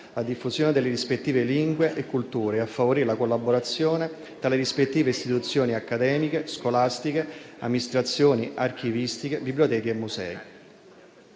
la diffusione delle rispettive lingue e culture; a favorire la collaborazione tra le rispettive istituzioni accademiche, scolastiche, amministrazioni archivistiche, biblioteche e musei.